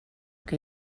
que